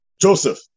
Joseph